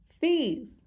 Fees